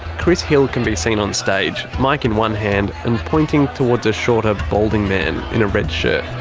chris hill can be seen on stage, mic in one hand, and pointing towards a shorter, balding man in a red shirt.